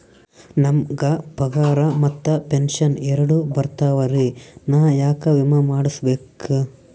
ನಮ್ ಗ ಪಗಾರ ಮತ್ತ ಪೆಂಶನ್ ಎರಡೂ ಬರ್ತಾವರಿ, ನಾ ಯಾಕ ವಿಮಾ ಮಾಡಸ್ಬೇಕ?